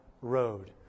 Road